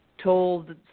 told